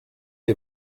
est